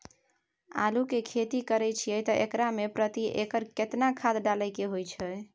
आलू के खेती करे छिये त एकरा मे प्रति एकर केतना खाद डालय के होय हय?